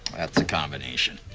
that's a combination.